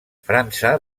frança